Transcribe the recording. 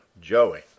Joey